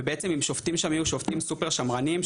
ובעצם אם שופטים שמה יהיו שופטים סופר שמרנים,